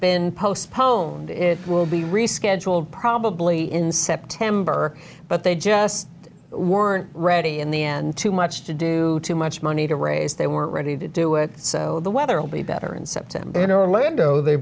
been postponed it will be rescheduled probably in september but they just weren't ready in the end too much to do too much money to raise they were ready to do it so the weather will be better in september in orlando they